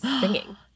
singing